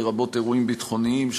לרבות אירועים ביטחוניים,